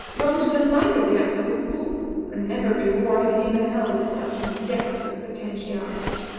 but which delighted the absolute fool for never before had he beheld such a depth of potentiality.